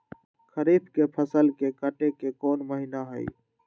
खरीफ के फसल के कटे के कोंन महिना हई?